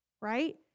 right